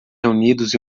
reunidos